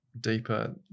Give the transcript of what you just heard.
deeper